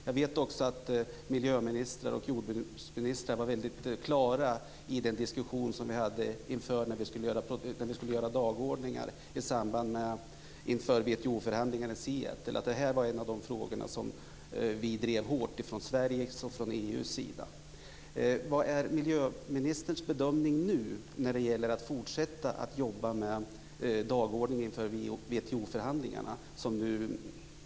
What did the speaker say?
Jag vet också att miljöministrar och jordbruksministrar i den diskussion vi hade när vi skulle göra dagordningar inför WTO-förhandlingarna i Seattle var väldigt tydliga om att det här var en av de frågor som vi drev hårt från Sveriges och EU:s sida. Vilken är miljöministerns bedömning nu, när det gäller det fortsatta arbetet med dagordningen inför WTO-förhandlingarna?